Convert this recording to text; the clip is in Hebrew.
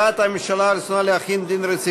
הודעת הממשלה על רצונה להחיל דין רציפות.